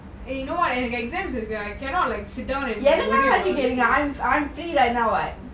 eh you know exams you cannot like sit down